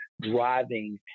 driving